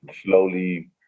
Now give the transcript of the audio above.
slowly